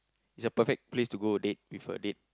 it's a perfect place to go date with a date